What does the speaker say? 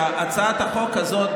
ולכן אני חושב שהצעת החוק הזאת,